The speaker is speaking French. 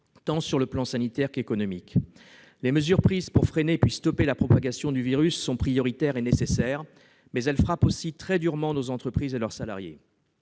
sur les plans tant sanitaire qu'économique. Les mesures prises pour freiner puis stopper la propagation du virus sont prioritaires et nécessaires, mais elles frappent aussi très durement nos entreprises et leurs salariés.